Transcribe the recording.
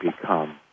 become